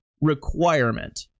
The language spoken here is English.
requirement